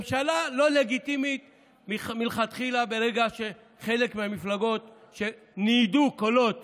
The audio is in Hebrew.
ממשלה לא לגיטימית מלכתחילה ברגע שחלק מהמפלגות ניידו קולות